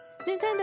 Nintendo